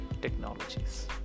technologies